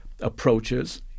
approaches